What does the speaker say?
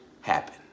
happen